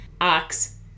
Ox